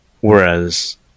Whereas